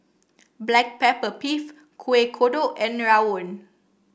Black Pepper Beef Kueh Kodok and rawon